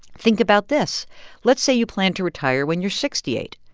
think about this let's say you plan to retire when you're sixty eight.